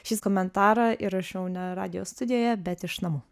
šis komentarą įrašiau ne radijo studijoje bet iš namų